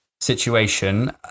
situation